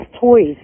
toys